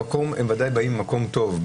הם בוודאי באים במקום טוב,